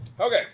Okay